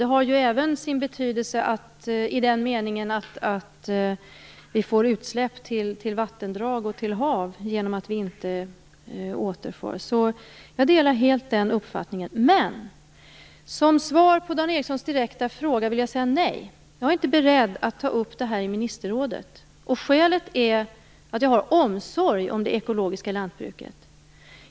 Det har även sin betydelse i den meningen att vi nu får utsläpp till vattendrag och hav genom att vi inte återför den. Jag delar helt den uppfattningen. Men som svar på Dan Ericssons direkta fråga vill jag säga nej. Jag är inte beredd att ta upp detta i ministerrådet. Skälet är att jag har omsorg om det ekologiska lantbruket.